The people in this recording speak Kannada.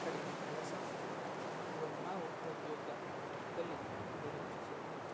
ಕಡಿಮೆ ಕೆಲಸ ಇವನ್ನು ನಾವು ಉದ್ಯೋಗ ದಲ್ಲಿ ನಿರೀಕ್ಷಿಸುತ್ತೇವೆ